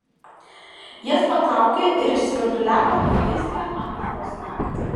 jas patraukė ir išsvirduliavo į vaiskią afrikos naktį